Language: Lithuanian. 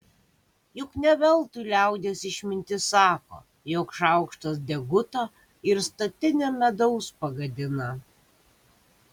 juk ne veltui liaudies išmintis sako jog šaukštas deguto ir statinę medaus pagadina